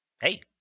Hey